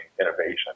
innovation